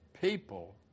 people